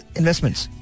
investments